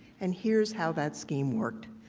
and here is how that scheme worked.